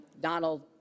Donald